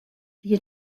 via